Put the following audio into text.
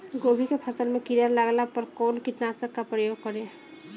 गोभी के फसल मे किड़ा लागला पर कउन कीटनाशक का प्रयोग करे?